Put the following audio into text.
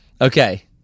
Okay